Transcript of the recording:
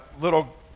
little